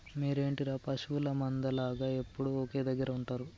మీరేంటిర పశువుల మంద లాగ ఎప్పుడు ఒకే దెగ్గర ఉంటరు